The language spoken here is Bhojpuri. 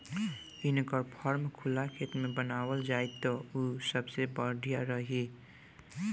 इनकर फार्म खुला खेत में बनावल जाई त उ सबसे बढ़िया रही